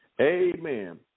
Amen